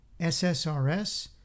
SSRS